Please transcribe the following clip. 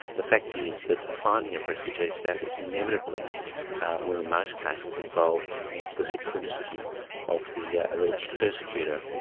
the fact is, that a finding of refugee status inevitably will in most cases, involve an implicit criticism of the ah alleged persecutor,